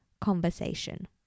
conversation